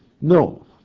No